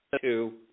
two